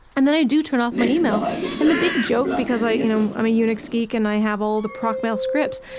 and then i do turn off my email and the big joke because you know i'm a unix geek, and i have all the procmail scripts,